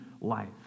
life